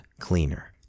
cleaner